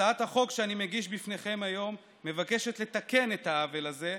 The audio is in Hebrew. הצעת החוק שאני מגיש בפניכם היום מבקשת לתקן את העוול הזה,